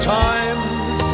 times